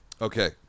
Okay